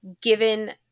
given